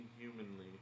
inhumanly